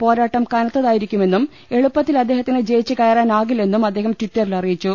പോരാട്ടം കനത്തതായിരി ക്കുമെന്നും എളുപ്പത്തിൽ അദ്ദേഹത്തിന് ജയിച്ച് കയറാനാകില്ലെന്നും അദ്ദേഹം ടിറ്ററിൽ അറിയിച്ചു